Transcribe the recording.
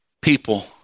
people